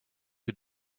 who